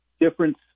difference